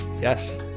Yes